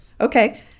okay